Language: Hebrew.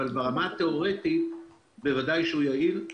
אבל ברמה התאורטית בוודאי שהוא יעיל.